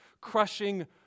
crushing